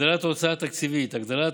7. הגדלת ההוצאה התקציבית, הגדלת